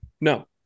No